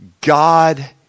God